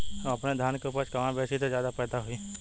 हम अपने धान के उपज कहवा बेंचि त ज्यादा फैदा होई?